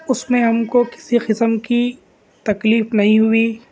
اس میں ہم کو کسی قسم کی تکلیف نہیں ہوئی